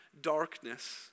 darkness